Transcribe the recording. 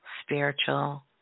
spiritual